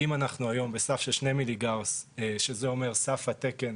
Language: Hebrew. אם אנחנו היום בסף של 2 מיליגאוס שזה אומר סף התקן